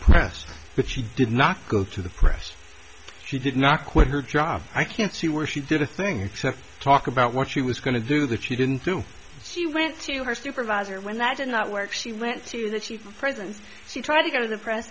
past but she did not go to the press she did not quit her job i can't see where she did a thing except talk about what she was going to do that she didn't do she went to her supervisor when that did not work she went to that she took prisons she tried to go to the press